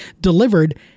delivered